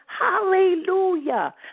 hallelujah